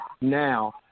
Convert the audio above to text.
now